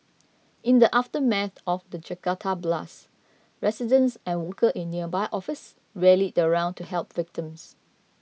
in the aftermath of the Jakarta blasts residents and workers in nearby office rallied round to help victims